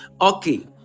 okay